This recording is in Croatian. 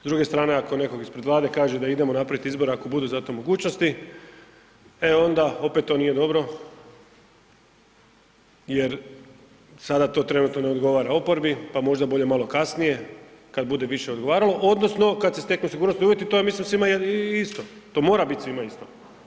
S druge strane ako nekog ispred Vlade kaže da idemo napravit izbor ako budu za to mogućnosti, e onda opet to nije dobro jer sada to trenutno ne odgovara oporbi, pa možda bolje malo kasnije kad bude više odgovaralo odnosno kad se steknu sigurnosni uvjeti, to ja mislim svima je isto, to mora bit svima isto.